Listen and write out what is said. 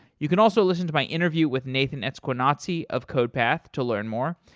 you can also listen to my interview with nathan esquenazi of codepath to learn more,